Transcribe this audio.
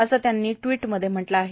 असे त्यांनी ट्विटमध्ये म्हटले आहे